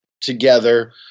together